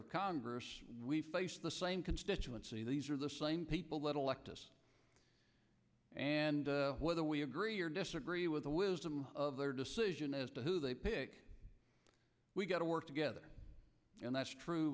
of congress we face the same constituency these are the same people that elect us and whether we agree or disagree with the wisdom of their decision as to who they pick we've got to work together and that's true